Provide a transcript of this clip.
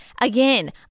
Again